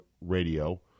Radio